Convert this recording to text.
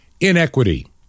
inequity